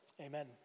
amen